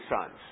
sons